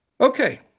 Okay